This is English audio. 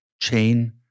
chain